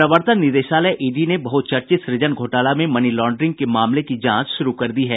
प्रवर्तन निदेशालय ईडी ने बहुचर्चित सुजन घोटाला में मनी लांड्रिंग के मामले की जांच शुरू कर दी है